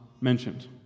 mentioned